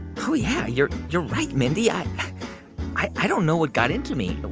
pump oh, yeah. you're you're right, mindy. i i don't know what got into me.